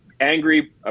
angry